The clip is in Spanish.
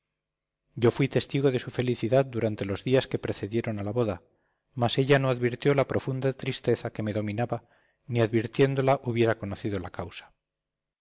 yo fui testigo de su felicidad durante los días que precedieron a la boda mas ella no advirtió la profunda tristeza que me dominaba ni advirtiéndola hubiera conocido la causa